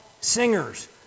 singers